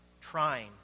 trying